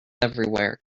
everywhere